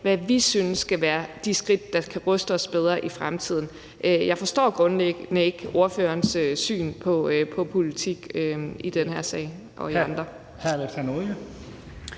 hvad vi synes skal være de skridt, der kan ruste os bedre i fremtiden. Jeg forstår grundlæggende ikke ordførerens syn på politik i den her sag